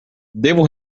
devo